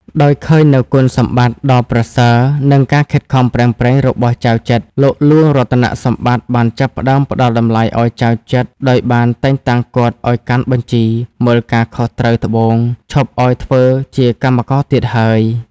ដោយឃើញនូវគុណសម្បត្តិដ៏ប្រសើរ និងការខិតខំប្រឹងប្រែងរបស់ចៅចិត្រ លោកហ្លួងរតនសម្បត្តិបានចាប់ផ្ដើមផ្ដល់តម្លៃឲ្យចៅចិត្រ ដោយបានតែងតាំងគាត់ឲ្យកាន់បញ្ជីមើលការខុសត្រូវត្បូង ឈប់ឲ្យធ្វើជាកម្មករទៀតហើយ។